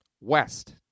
west